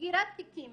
סגירת תיקים